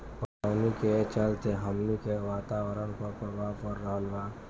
पटवनी के चलते हमनी के वातावरण पर प्रभाव पड़ रहल बा